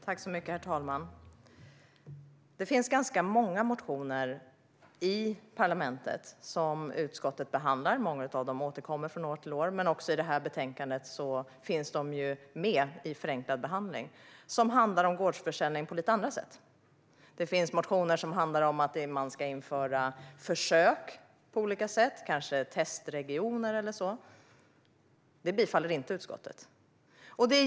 Herr talman! Utskottet behandlar ganska många motioner som handlar om gårdsförsäljning på lite andra sätt. Många av dem återkommer från år till år, men också i detta betänkande finns de med för förenklad behandling. Det finns motioner om att man ska införa försök på olika sätt, kanske testregioner eller så. Detta bifaller inte utskottet.